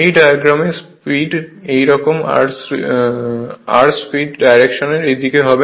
এই ডায়াগ্রামে স্পীড এই রকম আর স্লিপ ডাইরেকশন এই দিকে হবে